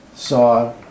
saw